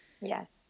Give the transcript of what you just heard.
yes